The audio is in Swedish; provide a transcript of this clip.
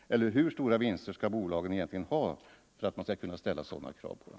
Eller hur stora vinster skall bolagen egentligen ha för att man skall kunna ställa krav på dem?